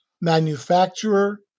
manufacturer